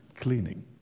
cleaning